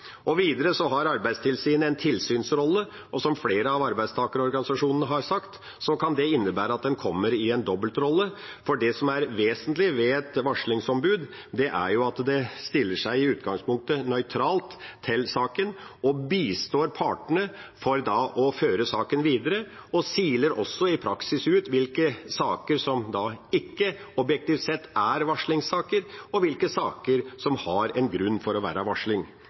Videre har Arbeidstilsynet en tilsynsrolle, og som flere av arbeidstakerorganisasjonene har sagt, kan det innebære at en kommer i en dobbeltrolle, for det som er vesentlig ved et varslingsombud, er at det i utgangspunktet stiller seg nøytralt til saken og bistår partene i å føre saken videre og siler også i praksis ut hvilke saker som ikke, objektivt sett, er varslingssaker, og i hvilke saker det er en grunn